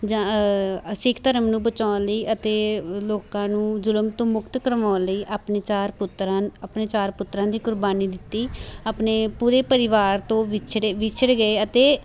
ਜਾਂ ਸਿੱਖ ਧਰਮ ਨੂੰ ਬਚਾਉਣ ਲਈ ਅਤੇ ਲੋਕਾਂ ਨੂੰ ਜ਼ੁਲਮ ਤੋਂ ਮੁਕਤ ਕਰਵਾਉਣ ਲਈ ਆਪਣੇ ਚਾਰ ਪੁੱਤਰਾਂ ਆਪਣੇ ਚਾਰ ਪੁੱਤਰਾਂ ਦੀ ਕੁਰਬਾਨੀ ਦਿੱਤੀ ਆਪਣੇ ਪੂਰੇ ਪਰਿਵਾਰ ਤੋਂ ਵਿਛੜੇ ਵਿਛੜ ਗਏ ਅਤੇ